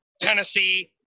Tennessee